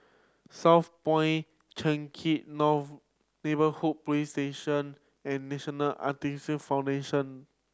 Southpoint Changkat Neighbourhood Police Station and National Foundation